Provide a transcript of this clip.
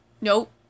nope